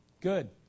Good